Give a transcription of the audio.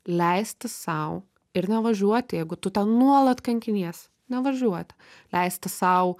leisti sau ir nevažiuoti jeigu tu ten nuolat kankiniesi nevažiuoti leisti sau